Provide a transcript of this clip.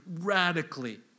radically